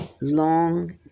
long